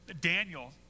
Daniel